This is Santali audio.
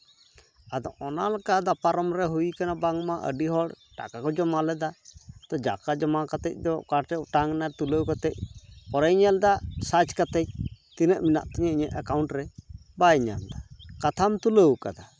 ᱟᱫᱚ ᱚᱱᱟᱞᱮᱠᱟ ᱟᱫᱚ ᱯᱟᱨᱚᱢ ᱨᱮ ᱦᱩᱭ ᱠᱟᱱᱟ ᱵᱟᱝᱢᱟ ᱟᱹᱰᱤ ᱦᱚᱲ ᱴᱟᱠᱟ ᱠᱚ ᱡᱚᱢᱟ ᱞᱮᱫᱟ ᱛᱚ ᱴᱟᱠᱟ ᱡᱚᱢᱟ ᱠᱟᱛᱮᱫ ᱫᱚ ᱚᱠᱟᱪᱚ ᱚᱴᱟᱝᱮᱱᱟ ᱛᱩᱞᱟᱹᱣ ᱠᱟᱛᱮ ᱚᱸᱰᱮᱧ ᱧᱮᱞᱫᱟ ᱥᱟᱨᱪ ᱠᱟᱛᱮ ᱛᱤᱱᱟᱹᱜ ᱢᱮᱱᱟᱜ ᱛᱤᱧᱟᱹ ᱤᱧᱟᱹᱜ ᱮᱠᱟᱣᱩᱱᱴ ᱨᱮ ᱵᱟᱭ ᱧᱟᱢᱫᱟ ᱠᱟᱛᱷᱟᱢ ᱛᱩᱞᱟᱹᱣ ᱠᱟᱫᱟ